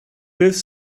beth